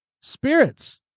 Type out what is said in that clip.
spirits